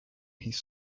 his